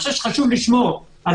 חשוב לשמור על